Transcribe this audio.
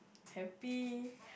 happy